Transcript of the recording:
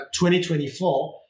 2024